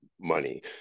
money